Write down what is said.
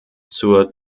zur